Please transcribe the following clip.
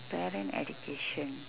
parent education